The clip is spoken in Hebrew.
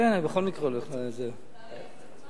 כן, אני בכל מקרה הולך, צריך בזמן.